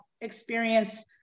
experience